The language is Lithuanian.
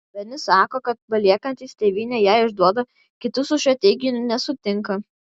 vieni sako kad paliekantys tėvynę ją išduoda kiti su šiuo teiginiu nesutinka